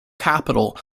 capital